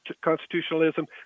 constitutionalism